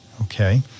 Okay